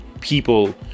people